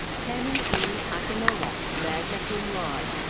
kemi e. akinnola, magna cum laude.